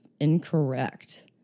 incorrect